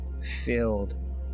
filled